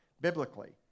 biblically